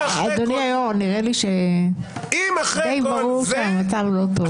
אדוני היושב-ראש, נראה די ברור שהמצב לא טוב.